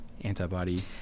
antibody